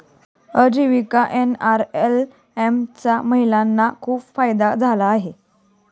आजीविका एन.आर.एल.एम चा महिलांना खूप फायदा झाला आहे